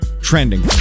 trending